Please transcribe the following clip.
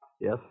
Yes